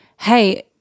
hey